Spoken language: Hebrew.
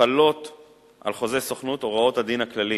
חלות על חוזה סוכנות הוראות הדין הכללי,